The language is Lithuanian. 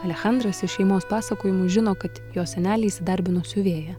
alechandras iš šeimos pasakojimų žino kad jo senelė įsidarbino siuvėja